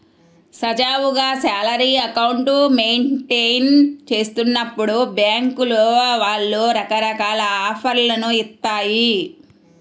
సజావుగా salary account maintain చేస్తున్నప్పుడు బ్యేంకుల వాళ్ళు రకరకాల ఆఫర్లను ఇత్తాయి